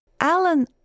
Alan